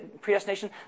predestination